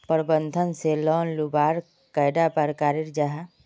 प्रबंधन से लोन लुबार कैडा प्रकारेर जाहा?